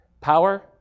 Power